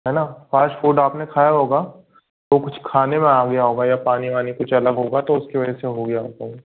है ना fast food आपने खाया होगा तो कुछ खाने में आ गया होगा या पानी वानी कुछ अलग होगा तो उसकी वजह से हो गया होगा वो